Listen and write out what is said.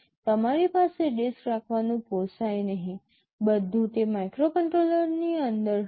તમારી પાસે ડિસ્ક રાખવાનું પોષાય નહીં બધું તે માઇક્રોકન્ટ્રોલરની અંદર જ હશે